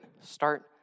start